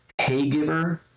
haygiver